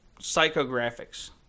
Psychographics